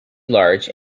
large